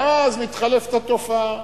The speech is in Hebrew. ואז מתחלפת התופעה,